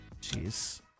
jeez